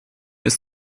ist